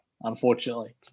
unfortunately